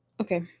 Okay